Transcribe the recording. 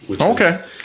Okay